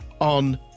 on